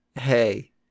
Hey